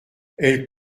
elle